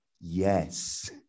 Yes